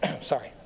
sorry